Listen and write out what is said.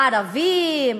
הערבים,